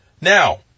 now